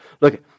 Look